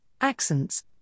accents